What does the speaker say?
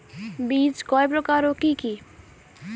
বীজ কয় প্রকার ও কি কি?